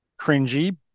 cringy